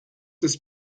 das